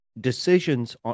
decisions